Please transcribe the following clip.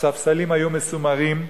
הספסלים היו מסומרים,